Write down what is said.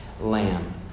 lamb